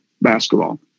basketball